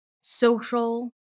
social